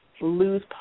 lose